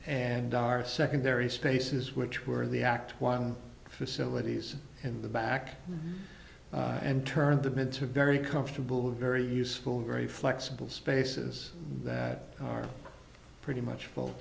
and our secondary spaces which were the act facilities in the back and turned them into very comfortable very useful very flexible spaces that are pretty much full